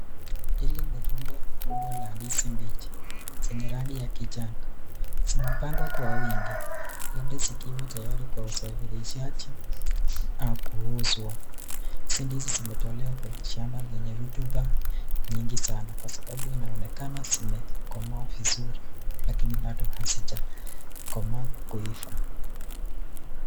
Hili ni rundo kubwa la ndizi mbichi, zenye rangi ya kijani. Zimepangwa kwa wingi, labda zikiwa tayari kwa usafirishaji au kuuzwa. Hizi ndizi zimetolewa kwenye shamba la rotuba nyingi sana kwa sababu inaonekana zimekomaa vizuri lakini bado hazijakomaa kuiva.